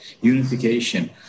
unification